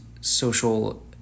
social